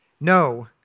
No